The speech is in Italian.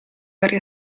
vari